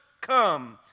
come